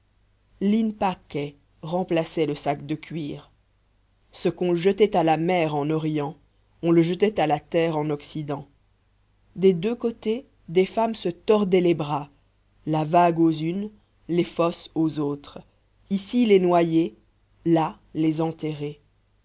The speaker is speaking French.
l in pace remplaçait le sac de cuir ce qu'on jetait à la mer en orient on le jetait à la terre en occident des deux côtés des femmes se tordaient les bras la vague aux unes la fosse aux autres ici les noyées là les enterrées